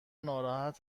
ناراحت